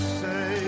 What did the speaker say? say